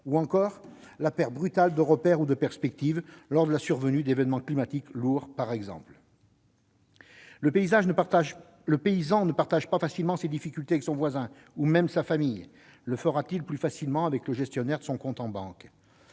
ou encore la perte brutale de repères ou de perspectives lors de la survenue d'événements climatiques lourds, par exemple. Le paysan ne partage pas facilement ses difficultés avec son voisin ou même sa famille. Le fera-t-il plus facilement avec le gestionnaire de son compte en banque ?